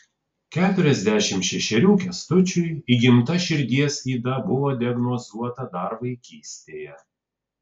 keturiasdešimt šešerių kęstučiui įgimta širdies yda buvo diagnozuota dar vaikystėje